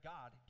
God